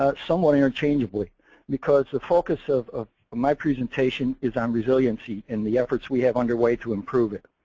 ah somewhat interchangeably because the focus of of my presentation is on resiliency and the efforts we have underway to improve it.